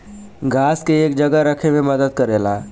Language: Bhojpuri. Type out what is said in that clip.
घास के एक जगह रखे मे मदद करेला